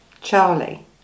Charlie